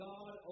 God